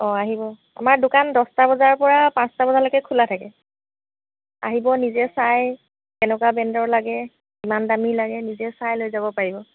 অঁ আহিব আমাৰ ইয়াত দোকান দহটা বজাৰপৰা পাঁচটা বজালৈকে খোলা থাকে আহিব নিজে চাই কেনকুৱা ব্ৰেণ্ডৰ লাগে কিমান দামী লাগে নিজে চাই লৈ যাব পাৰিব